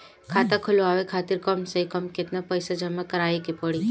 खाता खुलवाये खातिर कम से कम केतना पईसा जमा काराये के पड़ी?